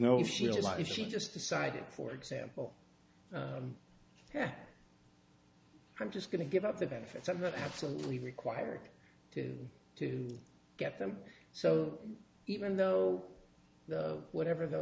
if she just decided for example i'm just going to give up the benefits i'm not absolutely required to to get them so even though the whatever the